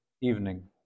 evening